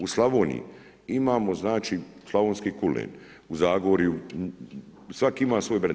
U Slavoniji imamo znači slavonski kulen, u Zagorju, svaki ima svoj brend.